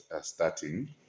starting